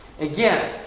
again